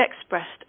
expressed